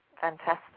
Fantastic